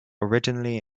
originally